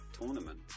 tournament